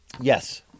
Yes